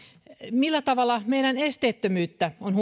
millä tavalla meillä esteettömyyttä on huomioitu